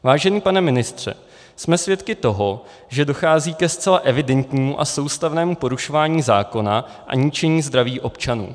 Vážený pane ministře, jsme svědky toho, že dochází ke zcela evidentnímu a soustavnému porušování zákona a ničení zdraví občanů.